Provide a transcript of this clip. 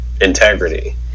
integrity